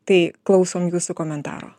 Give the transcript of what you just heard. tai klausom jūsų komentaro